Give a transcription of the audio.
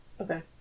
Okay